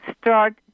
start